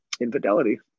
Infidelity